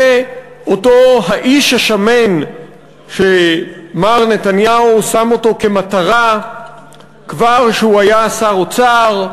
זה אותו האיש השמן שמר נתניהו שם אותו כמטרה כבר כשהוא היה שר האוצר.